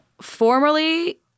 formerly